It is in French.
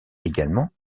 également